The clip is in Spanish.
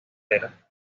entera